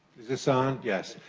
this on? yes.